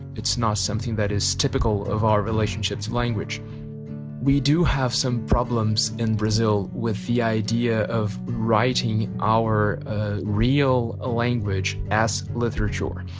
it's not something that is typical of our relationship to language we do have some problems in brazil with the idea of writing our ah real ah language as literature.